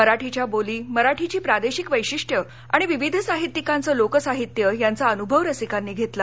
मराठीच्या बोली मराठीची प्रादेशिक वैशिष्ट्ये आणि विविध साहित्यिकांचं लोकसाहित्य यांचा अनुभव रसिकांनी घेतला